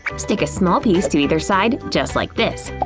stick a small piece to either side just like this.